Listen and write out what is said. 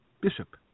Bishop